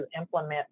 implement